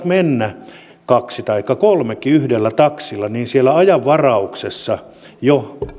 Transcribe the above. mennä kaksi taikka kolmekin yhdellä taksilla niin siellä ajanvarauksessa jo